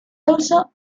also